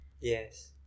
Yes